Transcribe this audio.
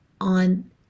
on